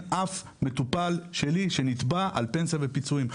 אף מטופל שלי שנתבע על פנסיה ופיצויים.